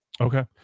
Okay